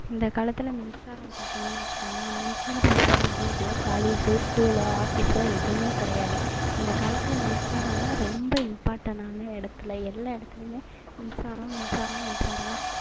இந்த காலத்தில் மின்சாரம் பார்த்திங்கன்னா வச்சிக்கங்களேன் மின்சாரம் இல்லாத வீடோ காலேஜோ ஸ்கூலோ ஆஃபீஸோ எதுவுமே கிடையாது இந்த காலத்தில் மின்சாரம் தான் ரொம்ப இம்பர்ட்டன்ட்டான இடத்துல எல்லா இடத்துலயுமே மின்சாரம் மின்சாரம் மின்சாரம் தான்